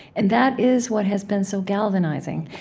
and that is what has been so galvanizing.